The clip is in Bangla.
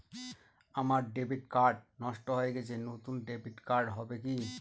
আমার ডেবিট কার্ড নষ্ট হয়ে গেছে নূতন ডেবিট কার্ড হবে কি?